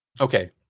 Okay